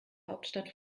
hauptstadt